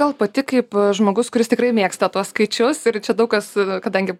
gal pati kaip žmogus kuris tikrai mėgsta tuos skaičius ir čia daug kas kadangi